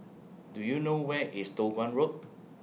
Do YOU know Where IS Toh Guan Road